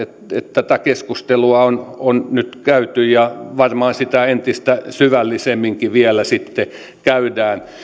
tätä keskustelua on on nyt käyty ja varmaan sitä entistä syvällisemminkin vielä sitten käydään